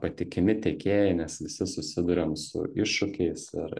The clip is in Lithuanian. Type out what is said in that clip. patikimi tiekėjai nes visi susiduriam su iššūkiais ir